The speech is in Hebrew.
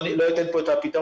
לא אתן כאן את הפתרון,